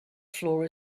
floor